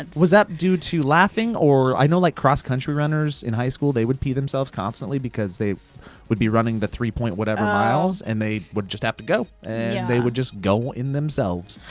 and was that due to laughing, or like cross country runners in high school, they would pee themselves constantly because they would be running the three point whatever miles, and they would just have to go, and they would just go in themselves.